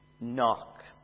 knock